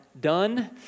done